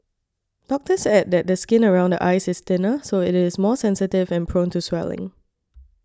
doctors add that the skin around the eyes is thinner so it is more sensitive and prone to swelling